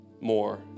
more